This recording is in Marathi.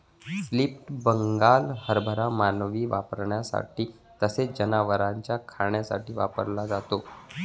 स्प्लिट बंगाल हरभरा मानवी वापरासाठी तसेच जनावरांना खाण्यासाठी वापरला जातो